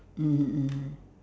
mmhmm mmhmm